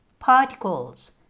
particles